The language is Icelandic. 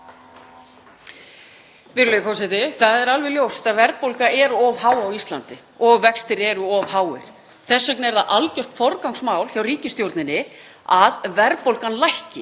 forseti. Það er alveg ljóst að verðbólga er of há á Íslandi og vextir eru of háir og þess vegna er það algjört forgangsmál hjá ríkisstjórninni að verðbólgan lækki.